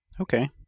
Okay